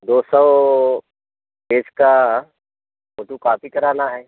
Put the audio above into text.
दो सौ पेज की फोटोकापी कराना है